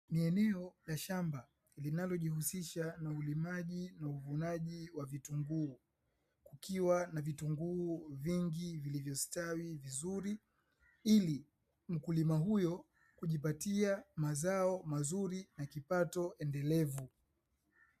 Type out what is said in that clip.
Ni eneo la shamba linalojihusisha na ulimaji na uvunaji wa vitunguu ikiwa na vitunguu vingi vilivyostawi vizuri, ili mkulima huyo kujipatia mazao mazuri na kipato endelevu.